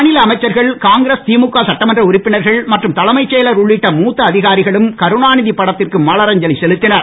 மாநில அமைச்சர்கள் காங்கிரஸ் திமுக சட்டமன்ற உறுப்பினர்கள் மற்றும் தலைமைச் செயலர் உள்ளிட்ட மூத்த அதிகாரிகளும் கருணாநிதி படத்திற்கு மலரஞ்சலி செலுத்தினர்